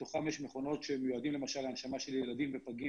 מתוכם יש מכונות שמיועדות להנשמה של ילדים ופגים